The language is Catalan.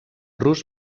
rus